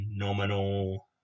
phenomenal